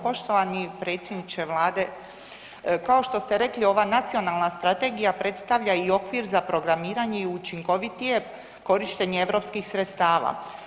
Poštovani predsjedniče Vlade, kao što ste rekli ova nacionalna strategija predstavlja i okvir za programiranje i učinkovitije korištenje europskih sredstava.